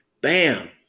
Bam